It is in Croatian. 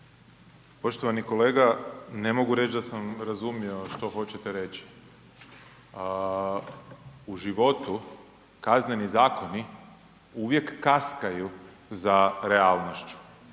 Poštovani kolega, ne mogu reći da sam razumio što hoćete reći. U životu kazneni zakoni uvijek kaskaju za realnošću.